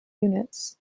units